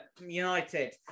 United